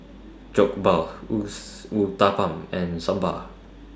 Jokbal Uthapam and Sambar